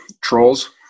trolls